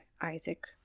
Isaac